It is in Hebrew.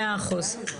מאה אחוז.